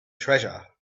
treasure